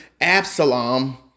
Absalom